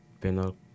penal